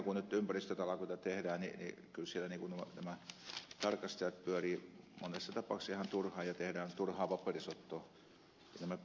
kun nyt ympäristötalkoita tehdään niin kyllä siellä nämä tarkastajat pyörivät monessa tapauksessa ihan turhaan ja tehdään turhaa paperisottoo